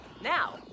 now